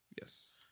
Yes